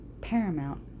paramount